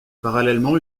parallèlement